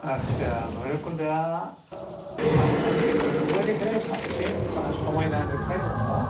आथसा बैरब खुन्दआ आसामनि गेजेरावनो बयनिख्रुइ साबसिन ओह समायना नुथाइ दङ